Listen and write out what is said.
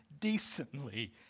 decently